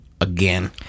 again